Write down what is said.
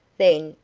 then,